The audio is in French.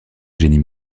génie